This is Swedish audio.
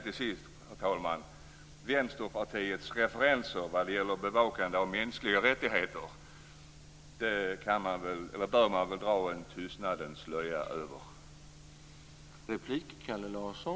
Till sist, herr talman, bör man väl dra ett dunklets slöja över Vänsterpartiets referenser vad gäller att bevaka mänskliga rättigheter.